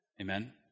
Amen